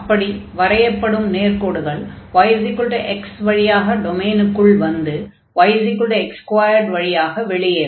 அப்படி வரையப்படும் நேர்க்கோடுகள் yx வழியாக டொமைனுக்குள் வந்து yx2 வழியாக வெளியேரும்